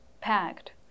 packed